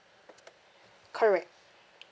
correct